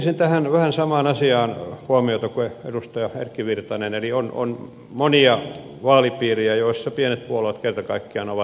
kiinnittäisin vähän samaan asiaan huomiota kuin edustaja erkki virtanen eli on monia vaalipiirejä joissa pienet puolueet kerta kaikkiaan ovat ulkona